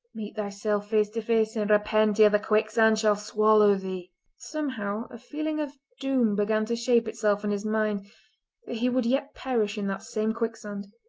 meet thyself face to face, and repent ere the quicksand shall swallow thee somehow a feeling of doom began to shape itself in his mind he would yet perish in that same quicksand,